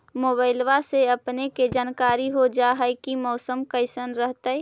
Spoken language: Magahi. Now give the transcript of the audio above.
मोबाईलबा से अपने के जानकारी हो जा है की मौसमा कैसन रहतय?